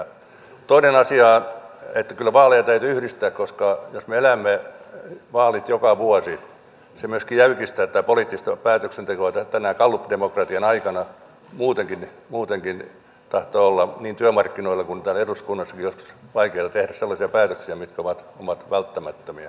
toinen asia on että kyllä vaaleja täytyy yhdistää koska jos me elämme vaalit joka vuosi se myöskin jäykistää tätä poliittista päätöksentekoa tänä gallupdemokratian aikana muutenkin tahtoo olla niin työmarkkinoilla kuin täällä eduskunnassakin joskus vaikeaa tehdä sellaisia päätöksiä mitkä ovat välttämättömiä